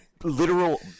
literal